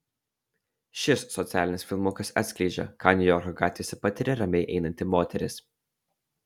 šis socialinis filmukas atskleidžia ką niujorko gatvėse patiria ramiai einanti moteris